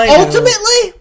ultimately